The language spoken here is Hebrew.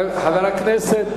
חברי כנסת